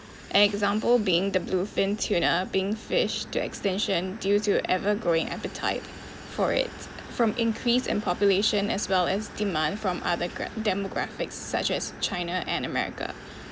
example being the bluefin tuna being fish to extinction due to evergrowing appetite for it from increase in population as well as demand from other grap~ demographics such as china and america